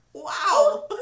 Wow